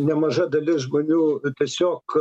nemaža dalis žmonių tiesiog